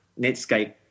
Netscape